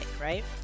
right